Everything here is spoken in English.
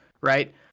right